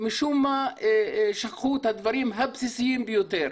משום מה שכחו את הדברים הבסיסיים ביותר.